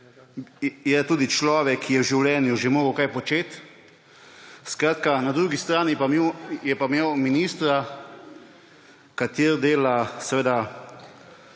je tudi človek, ki je v življenju že mogel kaj početi; skratka, na drugi strani je pa imel ministra, ki dela